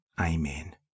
Amen